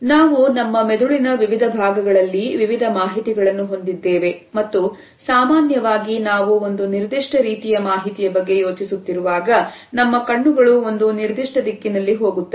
ನಾವು ನಮ್ಮ ಮೆದುಳಿನ ವಿವಿಧ ಭಾಗಗಳಲ್ಲಿ ವಿವಿಧ ಮಾಹಿತಿಗಳನ್ನು ಹೊಂದಿದ್ದೇವೆ ಮತ್ತು ಸಾಮಾನ್ಯವಾಗಿ ನಾವು ಒಂದು ನಿರ್ದಿಷ್ಟ ರೀತಿಯ ಮಾಹಿತಿಯ ಬಗ್ಗೆ ಯೋಚಿಸುತ್ತಿರುವಾಗ ನಮ್ಮ ಕಣ್ಣುಗಳು ಒಂದು ನಿರ್ದಿಷ್ಟ ದಿಕ್ಕಿನಲ್ಲಿ ಹೋಗುತ್ತವೆ